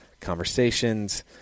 conversations